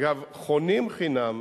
אגב, חונים חינם,